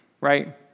right